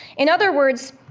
in other words,